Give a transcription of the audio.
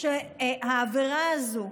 והעבירה הזו,